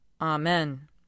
Amen